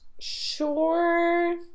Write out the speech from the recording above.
Sure